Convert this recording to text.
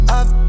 up